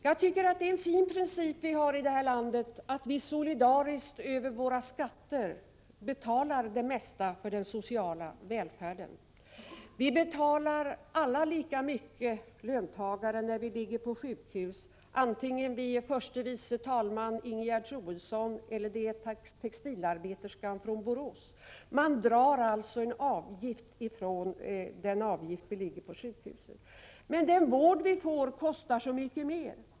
Jag tycker att det är en fin princip vi har i det här landet att vi solidariskt över våra skatter betalar det mesta av den sociala välfärden. Alla vi löntagare betalar lika mycket när vi ligger på sjukhus, vare sig det är fråga om förste vice talmannen Ingegerd Troedsson eller textilarbeterskan från Borås. Man drar alltså en avgift för den tid vi ligger på sjukhus, men den vård vi får kostar så mycket mer.